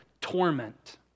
torment